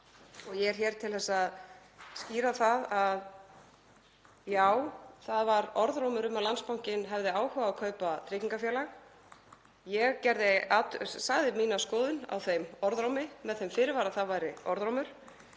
og ég er hér til að skýra það að já, það var orðrómur um að Landsbankinn hefði áhuga á að kaupa tryggingafélag. Ég sagði mína skoðun á þeim orðrómi með þeim fyrirvara að það væri orðrómur.